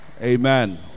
amen